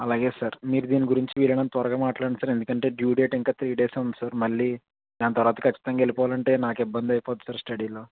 అలాగే సార్ మీరు దీని గురించి వీలైనంత త్వరగా మాట్లాడండి సార్ ఎందుకంటే డ్యూ డేట్ ఇంకా త్రీ డేస్ ఉంది సార్ మళ్ళీ దాని తరువాత ఖచ్చితంగా వెళ్ళిపోవాలంటే నాకు ఇబ్బంది అయిపోద్ది సార్ స్టడీలో